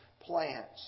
plants